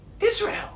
Israel